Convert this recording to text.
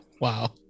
Wow